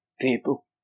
people